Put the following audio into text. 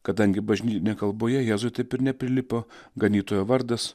kadangi bažnytinėj kalboje jėzui taip ir neprilipo ganytojo vardas